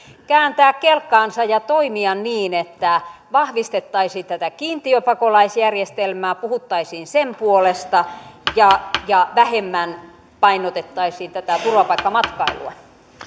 kääntää kelkkaansa ja toimia niin että vahvistettaisiin tätä kiintiöpakolaisjärjestelmää puhuttaisiin sen puolesta ja ja vähemmän painotettaisiin tätä turvapaikkamatkailua